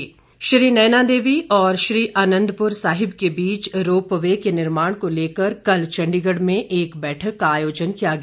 बैठक श्री नैना देवी और श्री आनंदपुर साहिब के बीच रोपवे के निर्माण को लेकर कल चण्डीगढ़ में एक बैठक का आयोजन किया गया